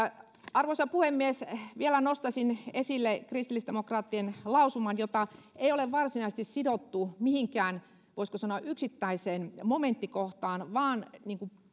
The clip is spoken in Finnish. arvoisa puhemies vielä nostaisin esille kristillisdemokraattien lausuman jota ei ole varsinaisesti sidottu mihinkään voisiko sanoa yksittäiseen momenttikohtaan vaan joka on